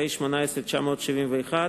פ/971/18,